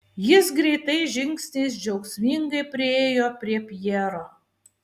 jis greitais žingsniais džiaugsmingai priėjo prie pjero